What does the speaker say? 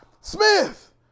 Smith